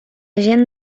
gent